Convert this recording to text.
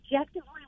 objectively